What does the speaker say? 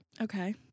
Okay